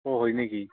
অঁ হয় নেকি